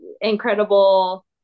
incredible